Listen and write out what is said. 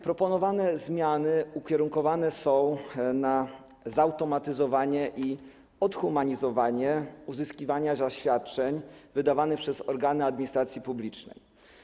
Proponowane zmiany ukierunkowane są na zautomatyzowanie i odhumanizowanie uzyskiwania zaświadczeń wydawanych przez organy administracji publicznej.